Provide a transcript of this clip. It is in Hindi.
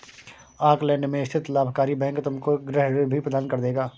ऑकलैंड में स्थित लाभकारी बैंक तुमको गृह ऋण भी प्रदान कर देगा